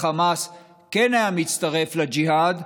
אם החמאס כן היה מצטרף לג'יהאד,